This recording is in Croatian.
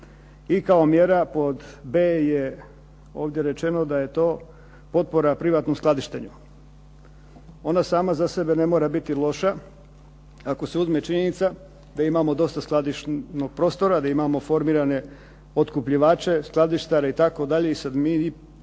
i kao mjera pod b) je ovdje rečeno da je to potpora privatnom skladištenju. Ona sam za sebe ne mora biti loša ako se uzme činjenica da imamo dosta skladišnog prostora, da imamo formirane otkupljivače, skladištare itd. i sad mi